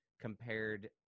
compared